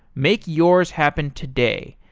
make yours happen today.